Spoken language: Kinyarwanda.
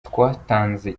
twatanze